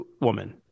woman